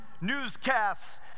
newscasts